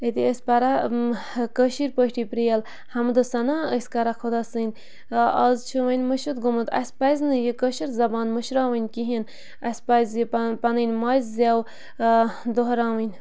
أتی ٲسۍ پَران کٲشِر پٲٹھۍ پرٛیل حمدُ سنا ٲسۍ کَران خۄدا سٕنٛدۍ اَز چھُ وَنۍ مٔشِتھ گوٚمُت اَسہِ پَزِ نہٕ یہِ کٲشِر زَبان مٔشراوٕنۍ کِہیٖنۍ اَسہِ پَزِ یہِ پَنٕنۍ ماجہِ زٮ۪و دۄہراوٕنۍ